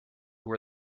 were